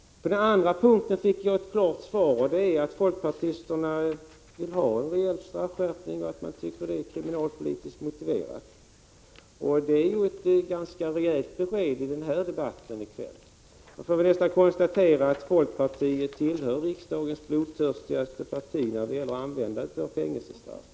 På den andra punkten fick jag ett klart svar, nämligen att folkpartisterna vill ha en straffskärpning och att man tycker att det är kriminalpolitiskt motiverat. Det är ett ganska rejält besked i denna debatt. Man får nästan konstatera att folkpartiet tillhör riksdagens blodtörstigaste parti när det gäller tillämpningen av fängelsestraff.